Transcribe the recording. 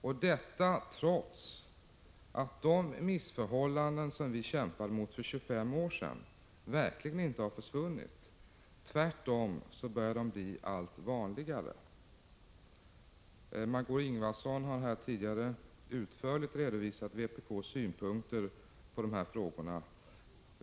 Och detta trots att de missförhållanden som vi kämpade mot för 25 år sedan verkligen inte har försvunnit. Tvärtom börjar de bli allt vanligare. Margö Ingvardsson har tidigare utförligt redovisat vpk:s synpunkter på de här frågorna.